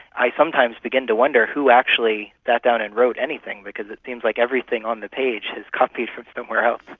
i sometimes begin to wonder who actually sat down and wrote anything, because it seems like everything on the page is copied from somewhere else.